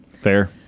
Fair